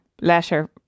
letter